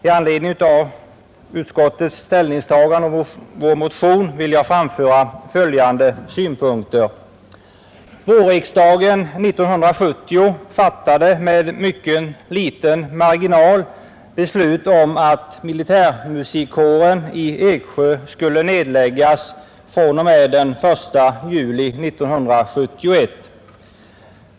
I anledning därav vill jag framföra följande synpunkter. Vårriksdagen 1970 fattade med mycket liten marginal beslut om att militärmusikkåren i Eksjö skulle nedläggas den 1 juli 1971.